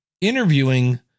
interviewing